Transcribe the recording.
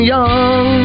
Young